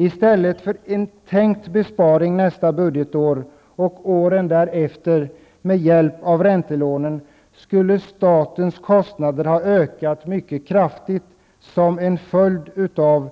I stället för en tänkt besparing nästa budgetår och under åren därefter med hjälp av räntelånen skulle statens kostnader öka mycket kraftigt som en följd av